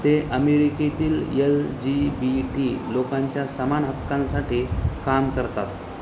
ते अमेरिकेतील L G B T लोकांच्या समान हक्कांसाठी काम करतात